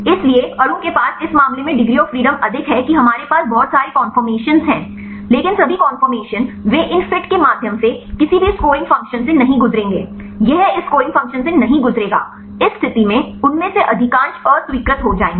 इसलिए अणु के पास इस मामले में डिग्री ऑफ़ फ्रीडम अधिक है कि हमारे पास बहुत सारे कन्फर्मेशन हैं लेकिन सभी कन्फर्मेशन वे इन फिट के माध्यम से किसी भी स्कोरिंग फंक्शन से नहीं गुजरेंगे यह इस स्कोरिंग फंक्शन से नहीं गुजरेगा इस स्तिथि में उनमें से अधिकांश अस्वीकृत हो जायेंगे